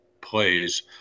plays